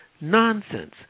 Nonsense